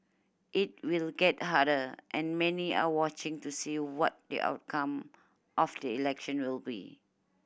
it will get harder and many are watching to see what the outcome of the election will be